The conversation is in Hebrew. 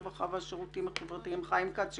הרווחה והשירותים החברתיים חיים כץ שכותב: